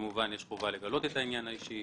כמובן שיש חובה לגלות את העניין האישי.